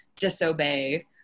disobey